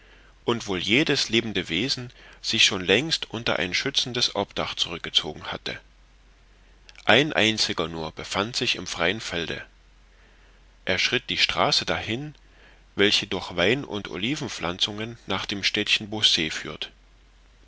und wohl jedes lebende wesen sich schon längst unter ein schützendes obdach zurückgezogen hatte ein einziger nur befand sich im freien felde er schritt die straße dahin welche durch wein und olivenpflanzungen nach dem städtchen beausset führt